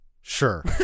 Sure